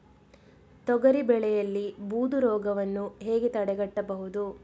ತೊಗರಿ ಬೆಳೆಯಲ್ಲಿ ಬೂದು ರೋಗವನ್ನು ಹೇಗೆ ತಡೆಗಟ್ಟಬಹುದು?